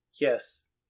Yes